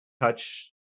touch